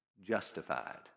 justified